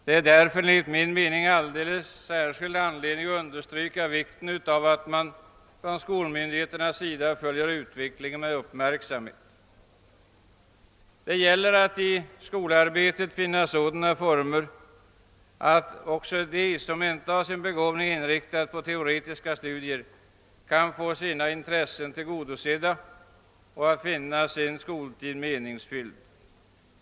Det är därför enligt min mening alldeles särskilt anledning att understryka vikten av att skolmyndigheterna följer utvecklingen med uppmärksam het. Det gäller att i skolarbetet finna sådana former att också de som inte har begåvning för teoretiska studier kan få sina intressen tillgodosedda, så att de finner sin skoltid meningsfull.